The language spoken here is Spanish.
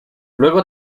luego